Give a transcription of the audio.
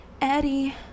Eddie